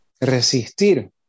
resistir